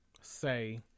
say